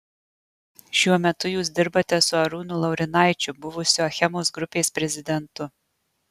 šiuo metu jūs dirbate su arūnu laurinaičiu buvusiu achemos grupės prezidentu